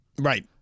right